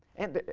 and